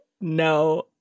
no